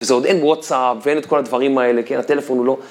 זה עוד אין וואטסאפ ואין את כל הדברים האלה, כן? הטלפון הוא לא...